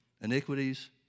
iniquities